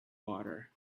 water